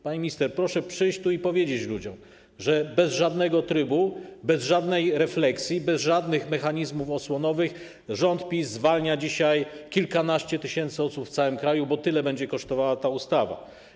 Pani minister, proszę przyjść tu i powiedzieć ludziom, że bez żadnego trybu, bez żadnej refleksji, bez żadnych mechanizmów osłonowych rząd PiS zwalnia dzisiaj kilkanaście tysięcy osób w całym kraju, bo tyle będzie kosztowała ta ustawa.